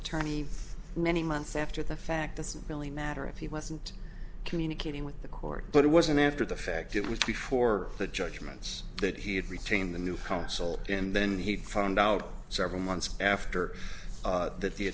attorney many months after the fact that really matter if he wasn't communicating with the court but it wasn't after the fact it was before the judgements that he had retained the new council and then he found out several months after that the